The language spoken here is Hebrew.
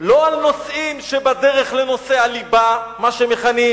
לא על נושאים שבדרך לנושא הליבה, מה שמכנים,